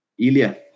Ilya